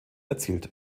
erzielt